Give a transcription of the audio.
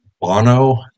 Bono